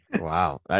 Wow